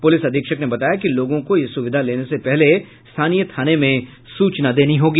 police अधीक्षक ने बताया कि लोगों को यह सुविधा लेने से पहले स्थानीय थाने में सूचना देनी होगी